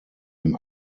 dem